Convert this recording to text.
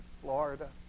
Florida